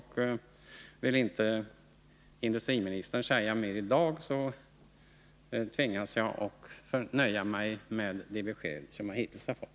Vill inte industriministern säga mer i dag, tvingas jag att nöja mig med de besked jag hittills har fått.